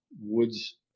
woods